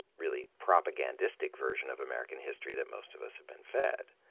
really propagandistic version of american history that most of us have been fed.